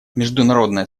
международное